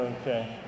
Okay